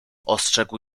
ostrzegł